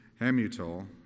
Hamutal